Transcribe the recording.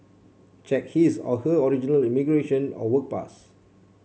check his or her original immigration or work pass